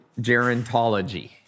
gerontology